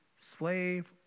slave